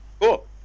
Cool